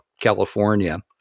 California